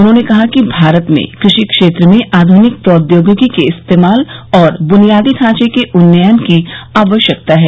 उन्होंने कहा कि भारत में कृषि क्षेत्र में आधुनिक प्रौद्योगिकी के इस्तेमाल और बुनियादी ढांचे के उन्नयन की आवश्यकता है